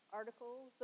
articles